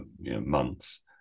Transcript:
months